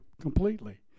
completely